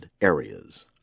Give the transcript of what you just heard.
areas